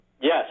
Yes